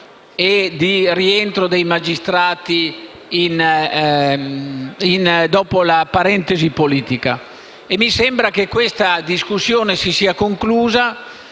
e di rientro dei magistrati dopo la parentesi politica e mi sembra che questa discussione si sia conclusa